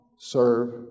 serve